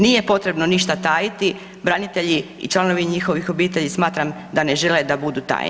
Nije potrebno ništa tajiti, branitelji i članovi njihovih obitelji smatram da ne žele da budu tajni.